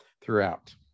throughout